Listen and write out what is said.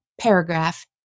paragraph